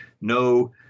no